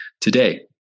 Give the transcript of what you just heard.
today